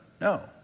No